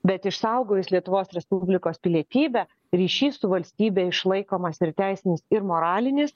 bet išsaugojus lietuvos respublikos pilietybę ryšys su valstybe išlaikomas ir teisinis ir moralinis